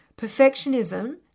Perfectionism